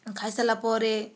ଆଉ ଖାଇସାରିଲା ପରେ